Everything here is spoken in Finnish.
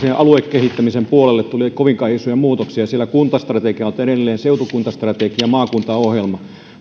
sen aluekehittämisen puolelle tule kovinkaan isoja muutoksia siellä kuntastrategiat ovat edelleen seutukuntastrategia ja maakuntaohjelma